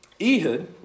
Ehud